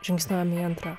žingsniuojam į antrą